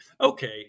okay